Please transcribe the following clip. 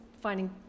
finding